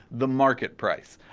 the market price.